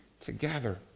together